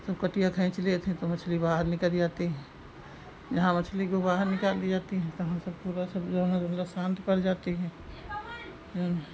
सब कटिया खींच लेते हैं तो मछली बाहर निकर आती हैं जहाँ मछली को बाहर निकाल ली जाती हैं तहाँ सब पूरा सब जो है मतलब शांत पड़ जाती हैं जो है